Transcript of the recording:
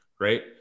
right